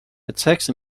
attacks